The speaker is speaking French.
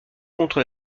contre